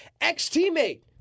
Ex-teammate